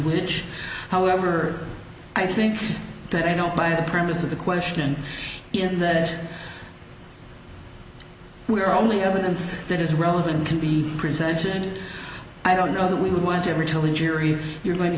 which however i think that i don't buy the premise of the question in that we're only evidence that is relevant can be presented i don't know that we would want to tell the jury you're going to